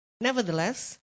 Nevertheless